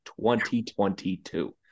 2022